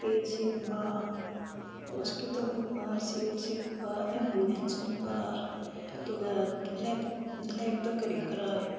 ꯄꯤ H ꯁꯤꯒꯨꯝꯕ ꯍꯣꯁꯄꯤꯇꯥꯜꯒꯨꯝꯕ C H ꯁꯤꯒꯨꯝꯕ ꯑꯦꯝꯕꯨꯂꯦꯟꯁꯀꯨꯝꯕ ꯑꯗꯨꯒ ꯂꯦꯞ ꯂꯦꯞꯇ ꯀꯔꯤ ꯀꯔꯥ